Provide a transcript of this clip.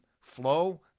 flow